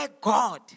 God